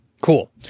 Cool